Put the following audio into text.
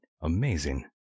amazing